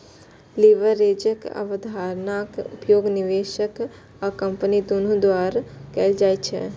लीवरेजक अवधारणाक उपयोग निवेशक आ कंपनी दुनू द्वारा कैल जाइ छै